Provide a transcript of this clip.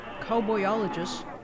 cowboyologists